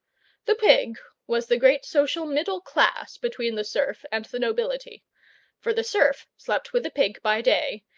the pig was the great social middle class between the serf and the nobility for the serf slept with the pig by day,